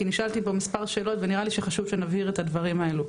כי נשאלתי פה מספר שאלות ונראה לי שחשוב שנבהיר את הדברים האלו,